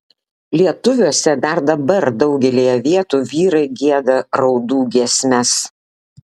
lietuviuose dar dabar daugelyje vietų vyrai gieda raudų giesmes